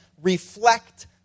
reflect